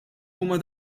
huma